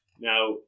Now